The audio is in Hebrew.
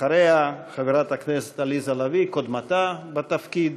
אחריה, חברת הכנסת עליזה לביא, קודמתה בתפקיד,